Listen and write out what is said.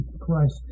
Christ